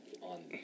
on